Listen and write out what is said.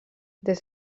des